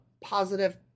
positive